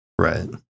Right